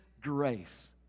grace